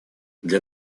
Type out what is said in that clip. для